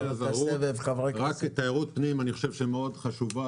תיירות פנים מאוד חשובה.